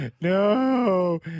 no